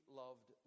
loved